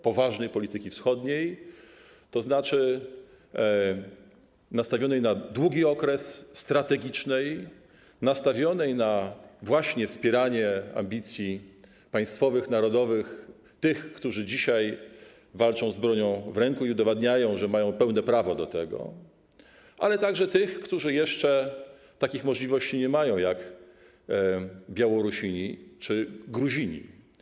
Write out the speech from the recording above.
Poważnej polityki wschodniej to znaczy nastawionej na długi okres, strategicznej, nastawionej na wspieranie ambicji państwowych, narodowych, tych, którzy dzisiaj walczą z bronią w ręku i udowadniają, że mają do tego pełne prawo, ale także tych, którzy jeszcze nie mają takich możliwości, jak Białorusini czy Gruzini.